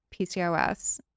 PCOS